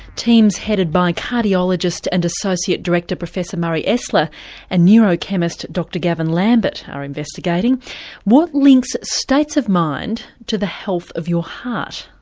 teams headed by cardiologist and associate director professor murray esler and neurochemist dr gavin lambert are investigating what links states of mind to health of your heart.